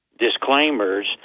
Disclaimers